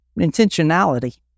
intentionality